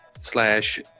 slash